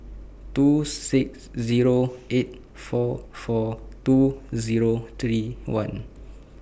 two six Zero eight four four two Zero three one